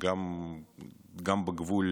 גם בגבול